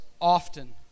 often